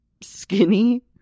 skinny